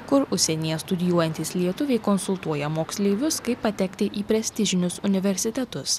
kur užsienyje studijuojantys lietuviai konsultuoja moksleivius kaip patekti į prestižinius universitetus